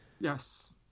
Yes